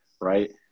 right